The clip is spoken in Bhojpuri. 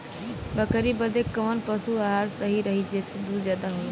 बकरी बदे कवन पशु आहार सही रही जेसे दूध ज्यादा होवे?